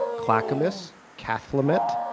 clackamas, kathlemet,